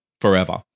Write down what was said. forever